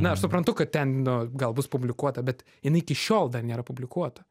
na aš suprantu kad ten nu gal bus publikuota bet jinai iki šiol dar nėra publikuota